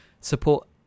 support